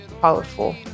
powerful